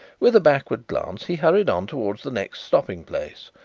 with a backward glance he hurried on towards the next stopping-place,